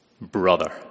brother